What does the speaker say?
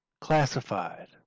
classified